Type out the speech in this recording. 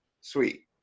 sweet